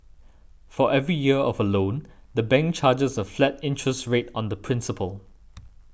for every year of a loan the bank charges a flat interest rate on the principal